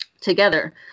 together